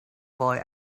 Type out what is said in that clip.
boy